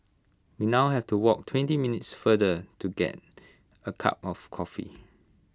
we now have to walk twenty minutes farther to get A cup of coffee